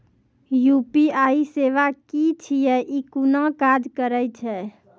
UPI सेवा की छियै? ई कूना काज करै छै?